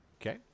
Okay